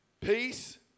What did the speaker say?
peace